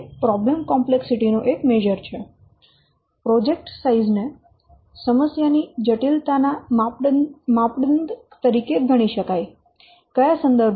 project size ને સમસ્યા ની જટિલતા ના માપદંડ તરીકે ગણી શકાય કયા સંદર્ભમાં